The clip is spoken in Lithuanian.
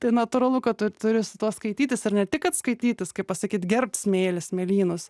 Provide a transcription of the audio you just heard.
tai natūralu kad tu turi su tuo skaitytis ir ne tik kad skaitytis kaip pasakyt gerbt smėlį smėlynus